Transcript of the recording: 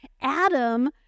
Adam